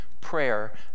prayer